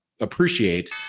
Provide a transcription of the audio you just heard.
appreciate